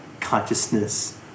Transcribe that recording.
consciousness